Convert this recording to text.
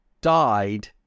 died